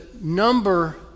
number